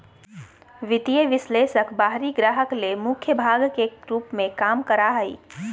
वित्तीय विश्लेषक बाहरी ग्राहक ले मुख्य भाग के रूप में काम करा हइ